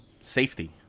safety